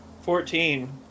Fourteen